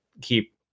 keep